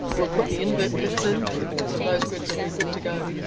we'll put the invert pits in, so those grids are good to go.